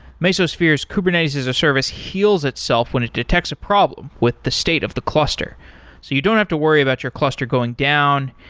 mesosphere's kubernetes-as-a-service heals itself when it detects a problem with the state of the cluster. so you don't have to worry about your cluster going down,